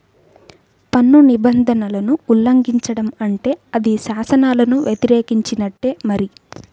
పన్ను నిబంధనలను ఉల్లంఘించడం అంటే అది శాసనాలను వ్యతిరేకించినట్టే మరి